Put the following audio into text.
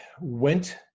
went